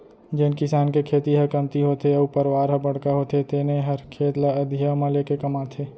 जेन किसान के खेती ह कमती होथे अउ परवार ह बड़का होथे तेने हर खेत ल अधिया म लेके कमाथे